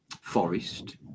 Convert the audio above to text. Forest